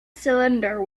cylinder